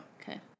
Okay